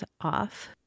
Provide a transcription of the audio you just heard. off